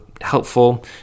helpful